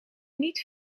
niet